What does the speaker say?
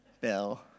bill